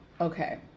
Okay